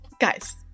guys